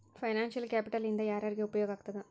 Financial capital ಇಂದಾ ಯಾರ್ಯಾರಿಗೆ ಉಪಯೊಗಾಗ್ತದ?